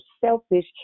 selfish